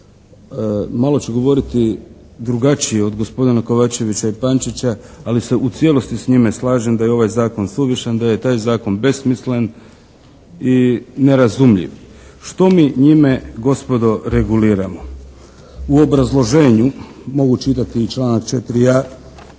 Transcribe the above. Malo ću govoriti drugačije od gospodina Kovačevića i Pančića ali se u cijelosti s njima slažem da je ovaj zakon suvišan, da je taj zakon besmislen i nerazumljiv. Što mi njime gospodo reguliramo? U obrazloženju mogu čitati i članak 4.a